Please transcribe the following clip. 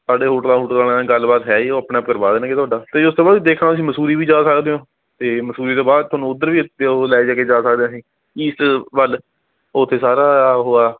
ਸਾਡੇ ਹੋਟਲਾਂ ਹੁਟਲਾਂ ਵਾਲਿਆਂ ਨਾਲ ਗੱਲਬਾਤ ਹੈ ਜੀ ਉਹ ਆਪਣੇ ਆਪ ਕਰਵਾ ਦੇਣਗੇ ਤੁਹਾਡਾ ਅਤੇ ਉਸ ਤੋਂ ਬਾਅਦ ਦੇਖਣਾ ਹੋਵੇ ਮੰਸੂਰੀ ਵੀ ਜਾ ਸਕਦੇ ਹੋ ਅਤੇ ਮੰਸੂਰੀ ਤੋਂ ਬਾਅਦ ਤੁਹਾਨੂੰ ਉੱਧਰ ਵੀ ਉਹ ਲੈ ਕੇ ਜਾ ਸਕਦੇ ਅਸੀਂ ਈਸਟ ਵੱਲ ਉੱਥੇ ਸਾਰਾ ਉਹ ਆ